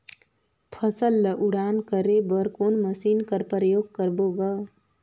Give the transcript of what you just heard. फसल ल उड़ान करे बर कोन मशीन कर प्रयोग करबो ग?